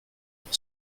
will